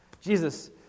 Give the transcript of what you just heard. Jesus